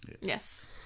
Yes